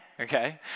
okay